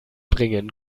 bringen